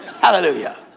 Hallelujah